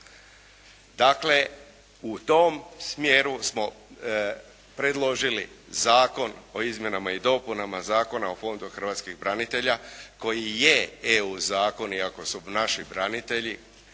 Dakle u tom smjeru smo predložili Zakon o izmjenama i dopunama Zakona o Fondu hrvatskih branitelja koji je E.U. zakon iako su naši branitelji